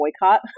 boycott